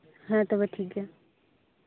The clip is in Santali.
ᱦᱮᱸ ᱛᱚᱵᱮ ᱴᱷᱤᱠ ᱜᱮᱭᱟ